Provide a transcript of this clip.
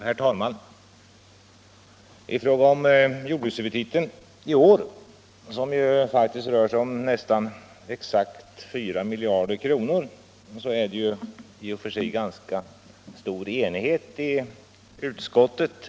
Herr talman! I fråga om jordbrukshuvudtiteln i år, som ju rör sig om nästan exakt 4 miljarder kronor, är det i och för sig ganska stor enighet i utskottet.